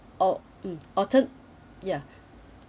or mmhmm altern~ ya